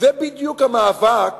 אני רוצה להגיד לך שזה בדיוק המאבק